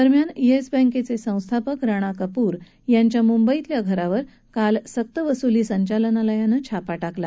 दरम्यान येस बँकेचे संस्थापक राणा कपूर यांच्या मुंबईतल्या घरावर काल सक्त वसुली संचालनालयाने छापा किला